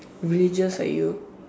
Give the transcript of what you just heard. religious are you